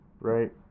Right